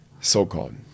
So-called